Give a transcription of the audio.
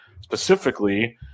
Specifically